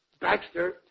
Baxter